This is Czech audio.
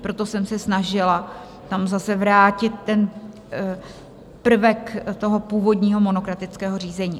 Proto jsem se snažila tam zase vrátit prvek toho původního monokratického řízení.